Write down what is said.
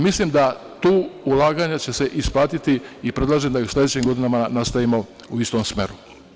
Mislim da će se tu ulaganje isplatiti i predlažem da i u sledećim godinama nastavimo u istom smeru.